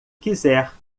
quiser